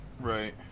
Right